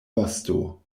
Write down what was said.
vosto